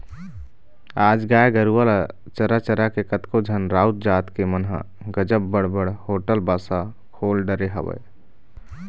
आज गाय गरुवा ल चरा चरा के कतको झन राउत जात के मन ह गजब बड़ बड़ होटल बासा खोल डरे हवय